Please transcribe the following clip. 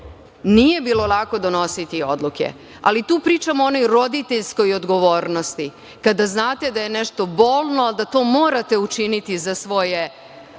epidemije, donositi odluke. Ali, tu pričam o onoj roditeljskoj odgovornosti, kada znate da je nešto bolno ali da to morate učiniti za one za